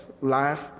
life